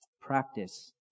practice